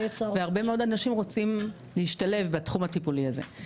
והרבה מאוד אנשים רוצים להשתלב בתחום הטיפולי הזה.